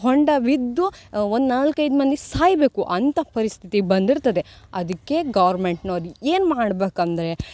ಹೊಂಡ ಬಿದ್ದು ಒಂದು ನಾಲ್ಕು ಐದು ಮಂದಿ ಸಾಯಬೇಕು ಅಂಥ ಪರಿಸ್ಥಿತಿ ಬಂದಿರ್ತದೆ ಅದಕ್ಕೆ ಗೌರ್ಮೆಂಟ್ನವ್ರು ಏನು ಮಾಡಬೇಕಂದ್ರೆ